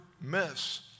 miss